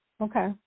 Okay